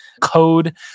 code